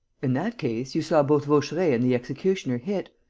in that case, you saw both vaucheray and the executioner hit,